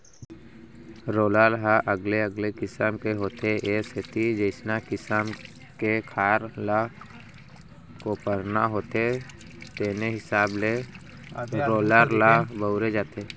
roller ह अलगे अलगे किसम के होथे ए सेती जइसना किसम के खार ल कोपरना होथे तेने हिसाब के रोलर ल बउरे जाथे